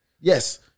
Yes